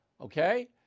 Okay